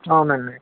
అవునండి